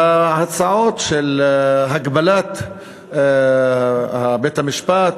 היו הצעות להגבלת בית-המשפט